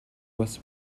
бас